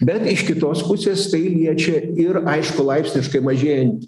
bet iš kitos pusės tai liečia ir aišku laipsniškai mažėjant